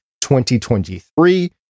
2023